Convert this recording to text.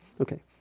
okay